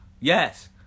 Yes